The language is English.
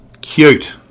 cute